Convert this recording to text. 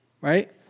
right